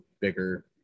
bigger